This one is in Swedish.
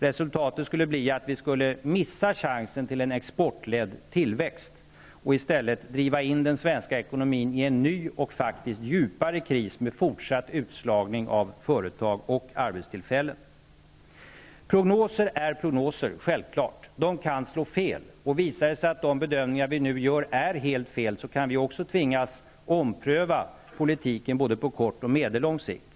Resultatet skulle bli att vi missade chansen till en exportledd tillväxt och att vi i stället skulle driva in den svenska ekonomin i en ny och djupare kris, med fortsatt utslagning av företag och arbetstillfällen. Prognoser är prognoser. De kan slå fel. Om det visar sig att de bedömningar vi nu gör är helt fel kan vi också tvingas att ompröva politiken på både kort och medellång sikt.